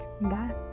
Bye